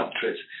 countries